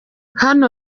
hano